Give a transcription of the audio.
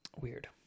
Weird